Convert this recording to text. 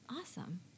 awesome